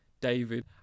David